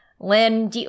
Lynn